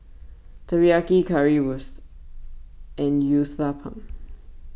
Teriyaki Currywurst and Uthapam